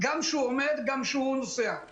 נכון, אפשר יותר.